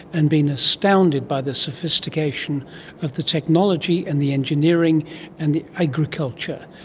and been astounded by the sophistication of the technology and the engineering and the agriculture.